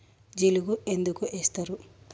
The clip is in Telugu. జిలుగు ఎందుకు ఏస్తరు?